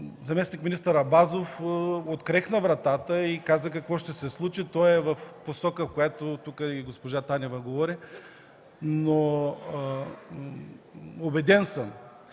заместник-министър Абазов открехна вратата и каза какво ще се случи. То е в посока, в която говори тук и госпожа Танева. Убеден съм,